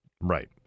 Right